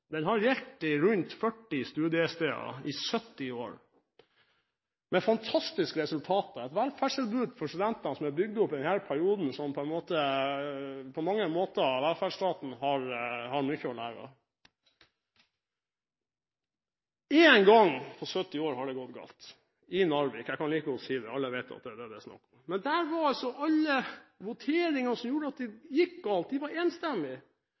Den har gjeldt på rundt 40 studiesteder i 70 år, med fantastiske resultater – med et velferdstilbud for studentene som er bygd opp i denne perioden, som på mange måter velferdsstaten har mye å lære av. Én gang på 70 år har det gått galt, i Narvik. Jeg kan like godt si det, alle vet at det er det det er snakk om. Men der var det altså voteringene som gjorde at det gikk galt, de var